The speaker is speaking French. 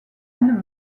anne